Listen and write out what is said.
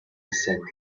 descended